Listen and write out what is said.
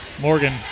Morgan